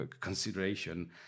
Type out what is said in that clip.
consideration